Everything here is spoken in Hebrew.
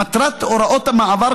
מטרת הוראות המעבר,